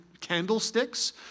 candlesticks